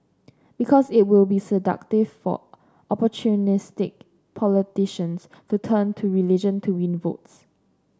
because it will be seductive for opportunistic politicians for turn to religion to win votes